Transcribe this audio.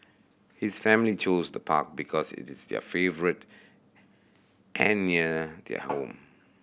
his family chose the park because it is their favourite and near their home